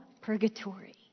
purgatory